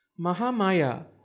Mahamaya